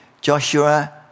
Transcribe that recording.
Joshua